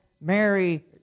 Mary